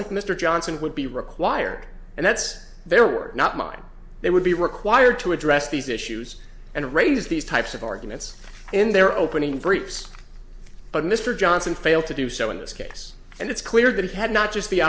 like mr johnson would be required and that's their word not mine they would be required to address these issues and raise these types of arguments in their opening briefs but mr johnson failed to do so in this case and it's clear that he had not just the